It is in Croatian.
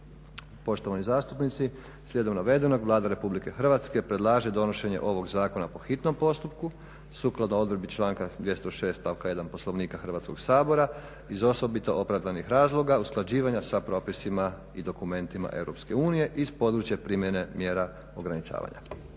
Poštovani zastupnici slijedom navedenog Vlada RH predlaže donošenje ovog zakona po hitnom postupku, sukladno odredbi članka 206.stavka 1. Poslovnika Hrvatskog sabora iz osobito opravdanih razloga usklađivanja sa propisima i dokumentima EU iz područje primjene mjera ograničavanja.